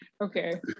okay